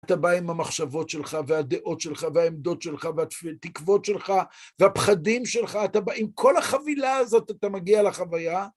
אתה בא עם המחשבות שלך, והדעות שלך, והעמדות שלך, והתקוות שלך, והפחדים שלך, אתה בא עם כל החבילה הזאת, אתה מגיע לחוויה.